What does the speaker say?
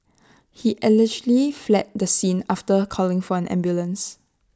he allegedly fled the scene after calling for an ambulance